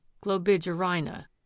globigerina